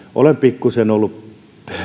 olen pikkuisen ollut